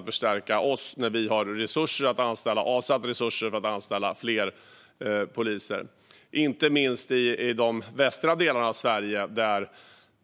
De skulle kunna förstärka den svenska polisen när vi har avsatt resurser för att anställa fler poliser, inte minst i de västra delarna